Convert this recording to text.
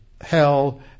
hell